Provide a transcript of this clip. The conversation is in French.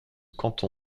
canton